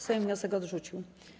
Sejm wniosek odrzucił.